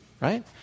right